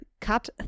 cut